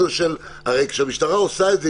הרי כשהמשטרה עושה את זה,